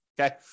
Okay